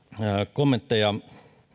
kommentteja